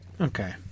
Okay